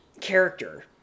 character